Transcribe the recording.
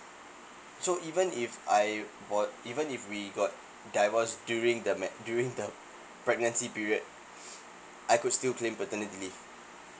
so even if I or even if we got divorce during the mat~ during the pregnancy period I could still claim paternity leave